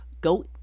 go